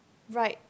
right